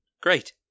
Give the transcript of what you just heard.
Great